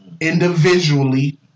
Individually